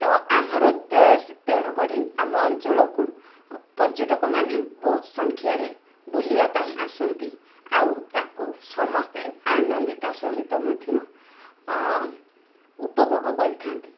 ତ ଆମର ତେଣୁକରି ଆମ ଅଞ୍ଚଳକୁ ପର୍ଯ୍ୟଟକ ମାନେ ବହୁତ ସଂଖ୍ୟାରେ ବୁଲିବାପାଇଁ ଆସନ୍ତି ଆଉ ତାକୁ ସମସ୍ତେ ଆନନ୍ଦିତ ସହିତ ମଧ୍ୟ ଉପଭୋଗ କରିଥାନ୍ତି